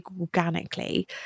organically